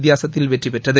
வித்தியாசத்தில் வெற்றிபெற்றது